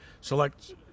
select